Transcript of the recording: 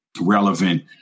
relevant